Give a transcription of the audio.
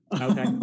Okay